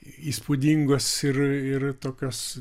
įspūdingos ir ir tokios